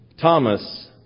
Thomas